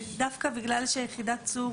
שדווקא בגלל שיחידת צור